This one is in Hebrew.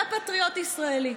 אתה פטריוט ישראלי.